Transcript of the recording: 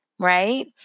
right